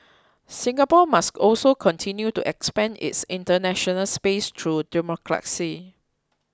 Singapore must also continue to expand its international space through diplomacy